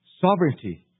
sovereignty